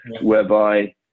whereby